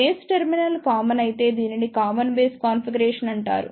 base terminal common అయితే దీనిని common base configuration అంటారు